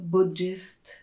Buddhist